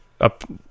up